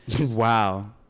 Wow